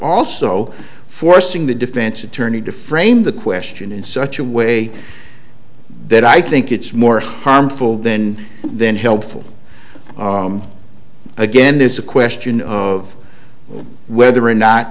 also forcing the defense attorney to frame the question in such a way that i think it's more harmful than then helpful again there's a question of whether or not